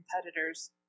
competitors